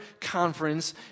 conference